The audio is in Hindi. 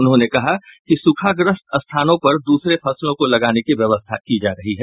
उन्होंने कहा कि सूखाग्रस्त स्थानों पर दूसरे फसलों को लगाने की व्यवस्था की जा रही है